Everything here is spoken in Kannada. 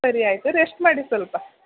ಸರಿ ಆಯಿತು ರೆಸ್ಟ್ ಮಾಡಿ ಸ್ವಲ್ಪ